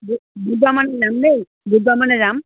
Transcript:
বুধবাৰ মানে যাম দেই বুধবাৰ মানে যাম